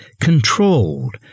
controlled